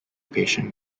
patient